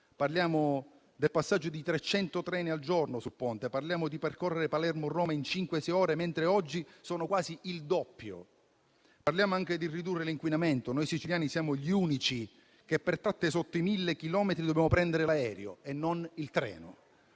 Parliamo del passaggio di 300 treni al giorno sul Ponte; parliamo di percorrere la distanza tra Palermo e Roma in cinque-sei ore, mentre oggi sono quasi il doppio. Parliamo anche di ridurre l'inquinamento: noi siciliani siamo gli unici, per tratte sotto i 1.000 chilometri, a dover prendere l'aereo e non il treno.